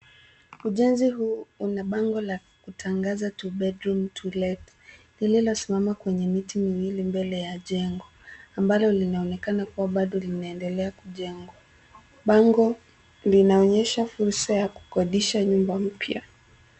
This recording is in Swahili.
Ujenzi huu una bango la kutangaza two bedroom to let lililosimama kwenye miti miwili mbele ya jengo ,ambalo linaonekana kuwa bado linaendelea kujengwa . Bango linaonyesha fursa ya kukodisha nyumb mpya.